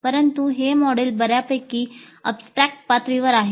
परंतु हे मॉडेल बर्यापैकी ऍबस्ट्रॅक्ट पातळीवर आहे